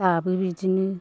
दाबो बिदिनो